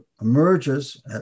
emerges